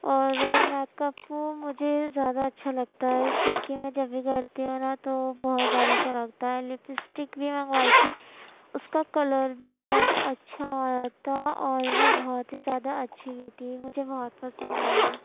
اور make up مجھے زیادہ اچھا لگتا ہے کیونکہ میں جب بھی کرتی ہوں نا تو بہت زیادہ سرکتا ہے لپ اسٹک بھی منگوائی تھی اس کا کلر بھی بہت اچھا تھا اور وہ بہت ہی زیادہ اچھی بھی تھی مجھے بہت پسند آئی